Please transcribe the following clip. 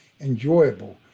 enjoyable